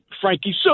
frankie